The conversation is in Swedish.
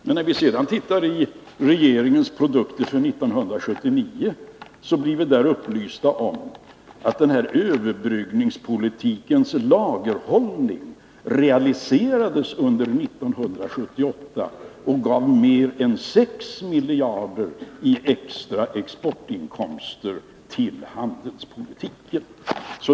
Men när vi sedan tittar i regeringens produkter för 1979, blir vi där upplysta om att denna överbryggningspolitikens lagerhållning realiserades under 1978 och gav mer än 6 miljarder i extra exportinkomster till handelspolitiken.